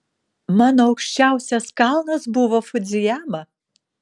mano aukščiausias kalnas buvo fudzijama